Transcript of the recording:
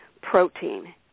protein